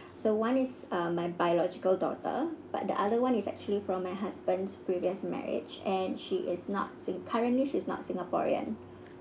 so one is uh my biological daughter but the other one is actually from my husband's previous marriage and she is not sing~ currently she's not singaporean